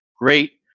great